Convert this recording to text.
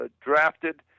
drafted